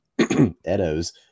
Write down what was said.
edos